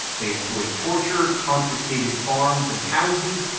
they employed torture, confiscated farms and houses,